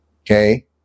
Okay